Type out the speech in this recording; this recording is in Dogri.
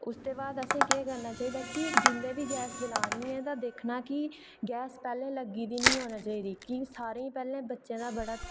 उसदे बाद असें केह् करना चाहिदा कि जेल्लै बी गैस जलानी ऐ ते दिक्खना कि गैस पैह्लें लग्गी दी निं होना चाहिदी कि सारेंगी पैह्लें बच्चें दा बड़ा